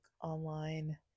online